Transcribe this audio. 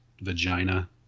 vagina